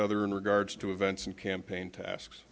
other in regards to events and campaign tasks